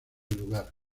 lugar